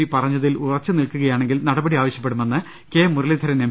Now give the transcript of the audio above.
P പറഞ്ഞതിൽ ഉറച്ച് നിൽക്കുകയാണെങ്കിൽ നടപടി ആവശ്യപ്പെടുമെന്ന് കെ മുരളീധരൻ എം